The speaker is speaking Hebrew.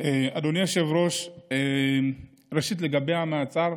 אדוני היושב-ראש, ראשית, לגבי המעצר,